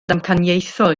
damcaniaethol